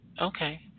Okay